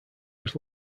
was